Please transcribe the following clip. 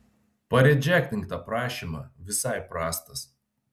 paredžektink tą prašymą visai prastas